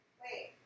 wait